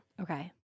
Okay